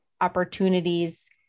opportunities